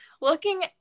looking